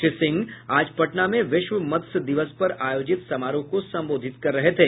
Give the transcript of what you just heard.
श्री सिंह आज पटना में विश्व मत्स्य दिवस पर आयोजित समारोह को संबोधित कर रहे थे